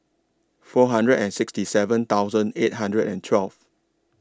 four hundred and sixty seven thousand eight hundred and twelve